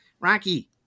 Rocky